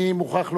אני מוכרח לומר,